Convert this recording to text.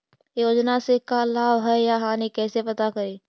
योजना से का लाभ है या हानि कैसे पता करी?